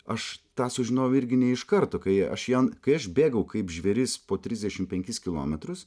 aš tą sužinojau irgi ne iš karto kai aš jam kai aš bėgau kaip žvėris po trisdešim penkis kilometrus